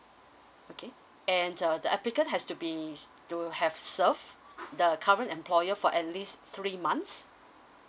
okay and err the applicant has to be to have serve the current employer for at least three months